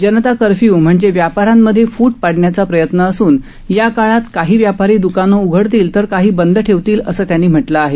जनता curfew म्हणजे व्यापाऱ्यांमध्ये फूट पडण्याचा प्रयत्न असून या काळात काही व्यापारी द्कानं उघडतील तर काही बंद ठेवतील असं त्यांनी म्हटलं आहे